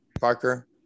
Parker